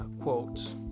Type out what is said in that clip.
quotes